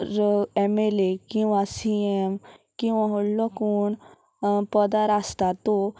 M L A किंवां C M किंवां व्हडलो कोण पदार आसता तो